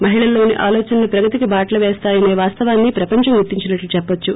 మహిళల్లోని ఆలోచనలు ప్రగతికి బాటలు పేస్తాయసే వాస్తవాన్ని ప్రపంచం గుర్తించినట్లు చెప్పవచ్చు